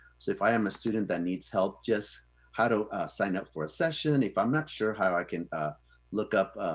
so if i am a student that needs help, just how to sign up for a session, if i'm not sure how i can ah look up